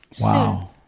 Wow